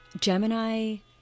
Gemini